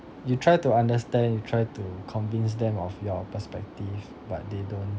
you try to understand you try to convince them of your perspective but they don't